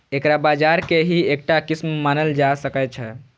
एकरा बाजार के ही एकटा किस्म मानल जा सकै छै